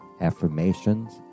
affirmations